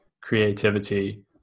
creativity